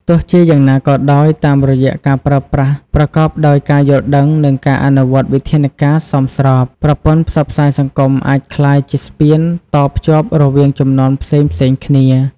ទោះជាយ៉ាងណាក៏ដោយ តាមរយៈការប្រើប្រាស់ប្រកបដោយការយល់ដឹង និងការអនុវត្តវិធានការសមស្រប ប្រព័ន្ធផ្សព្វផ្សាយសង្គមអាចក្លាយជាស្ពានតភ្ជាប់រវាងជំនាន់ផ្សេងៗគ្នា។